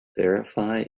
verify